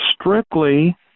strictly